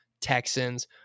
Texans